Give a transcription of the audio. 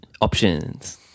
Options